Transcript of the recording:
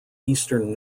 eastern